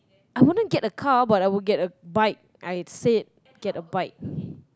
I wouldn't get a car but I would get a bike I said get a bike